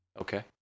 Okay